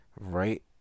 right